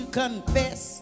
confess